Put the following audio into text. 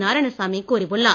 நாராயணசாமி கூறியுள்ளார்